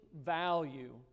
value